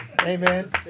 Amen